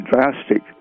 drastic